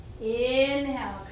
Inhale